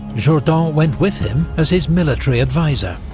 jourdan went with him as his military advisor.